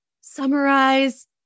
summarize